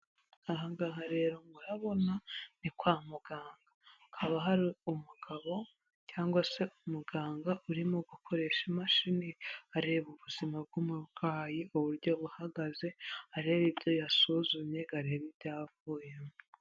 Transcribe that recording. Aha ngaha rero murabona ni kwa muganga, haba hari umugabo cyangwa se umuganga urimo gukoresha imashini areba ubuzima bw'umurwayi uburyo buhagaze arebe ibyo yasuzumye ngo arebe ibyavuyemo.